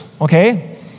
okay